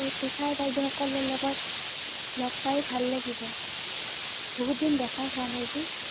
এই টিচাৰ বাইদেউসকলৰ লগত লগ পাই ভাল লাগিব বহুত দিন দেখা হোৱা নাই যে